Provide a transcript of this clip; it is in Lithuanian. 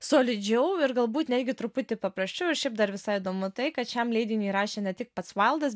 solidžiau ir galbūt netgi truputį paprasčiau ir šiaip dar visai įdomu tai kad šiam leidiniui rašė ne tik pats vaildas